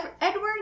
Edward